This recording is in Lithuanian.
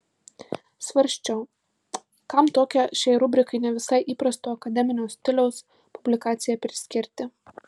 svarsčiau kam tokią šiai rubrikai ne visai įprasto akademinio stiliaus publikaciją priskirti